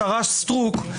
השרה סטרוק,